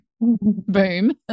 boom